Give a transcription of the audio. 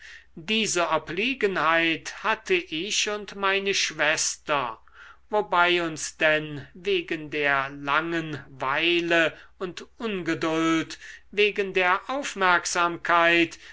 diese obliegenheit hatte ich und meine schwester wobei uns denn wegen der langenweile und ungeduld wegen der aufmerksamkeit